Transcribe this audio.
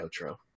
outro